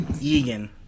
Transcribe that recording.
Egan